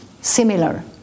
similar